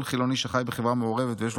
כל חילוני שחי בחברה מעורבת ויש לו